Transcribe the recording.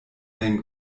den